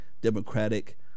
Democratic